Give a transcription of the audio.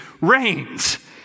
reigns